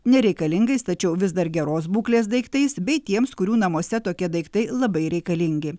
nereikalingais tačiau vis dar geros būklės daiktais bei tiems kurių namuose tokie daiktai labai reikalingi